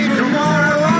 tomorrow